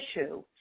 issue